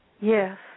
Yes